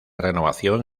renovación